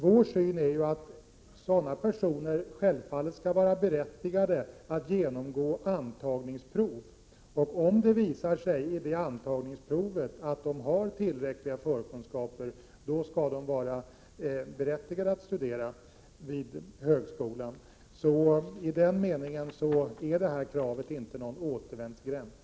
Vår syn är ju att sådana personer självfallet skall vara berättigade att genomgå antagningsprov. Och om det i det antagningsprovet visar sig att de har tillräckliga förkunskaper, då skall de vara berättigade att studera vid högskolan. Vårt system är alltså inte någon återvändsgränd.